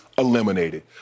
Eliminated